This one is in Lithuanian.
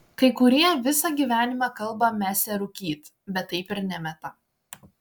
kai kurie visą gyvenimą kalba mesią rūkyti bet taip ir nemeta